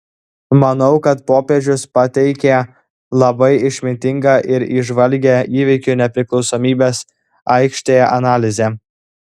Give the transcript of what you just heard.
manau kad popiežius pateikė labai išmintingą ir įžvalgią įvykių nepriklausomybės aikštėje analizę